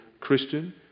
Christian